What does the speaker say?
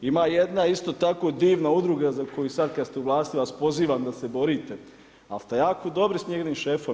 Ima jedna isto tako divna udruga za koju sad kad ste u vlasti, ja vas pozivam da se borite, ali ste jako dobri s njenim šefom.